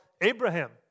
Abraham